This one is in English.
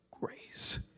grace